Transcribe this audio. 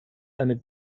eine